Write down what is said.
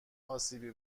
اسیبی